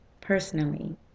personally